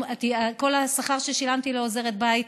כל השכר ששילמתי לעוזרת בית